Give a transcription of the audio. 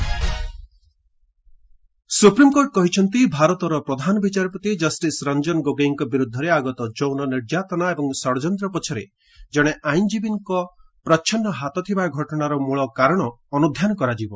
SC CJI supreme court କହିଛନ୍ତି' ଭାରତ ପ୍ରଧାନ ବିଚାରପତି ଜଷ୍ଟିସ ରଞ୍ଜନ ଗୋଗୋଇଙ୍କ ବିରୁଦ୍ଧରେ ଆଗତ ଯୌନ ନିର୍ଯାତନା ଏବଂ ଷଡଯନ୍ତ ନେଇ ଜଣେ ଆଇନଜୀବୀଙ୍କ ଦାବି କରୁଥିବା ଘଟଣା ମୂଳକାରଣ ଅନୁଧ୍ଧାନ କରାଯିବ